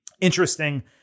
interesting